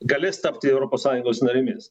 galės tapti europos sąjungos narėmis